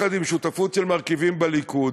בשותפות של מרכיבים בליכוד,